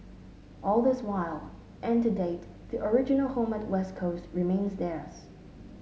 all this while and to date the original home at West Coast remains theirs